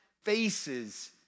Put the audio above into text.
faces